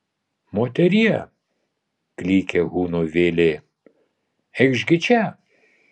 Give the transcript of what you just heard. moterie klykė huno vėlė eikš gi čia